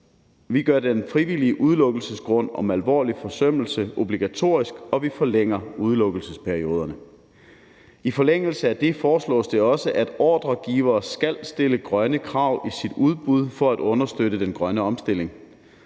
vi gør den frivillige udelukkelsesgrund om alvorlige forsømmelser obligatorisk, og at vi forlænger udelukkelsesperioden. I forlængelse af det foreslås det også, at ordregiver skal stille grønne krav i sit udbud for at understøtte den grønne omstilling,